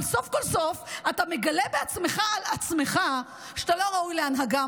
אבל סוף כל סוף אתה מגלה בעצמך על עצמך שאתה לא ראוי להנהגה.